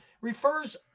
refers